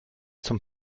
zum